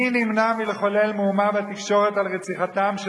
מי נמנע מלחולל מהומה בתקשורת על רציחתן של